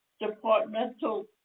departmental